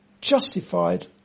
Justified